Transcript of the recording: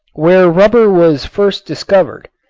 where rubber was first discovered,